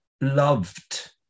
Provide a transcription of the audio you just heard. loved